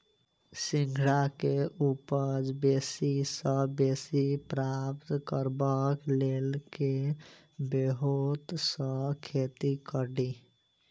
सिंघाड़ा केँ उपज बेसी सऽ बेसी प्राप्त करबाक लेल केँ ब्योंत सऽ खेती कड़ी?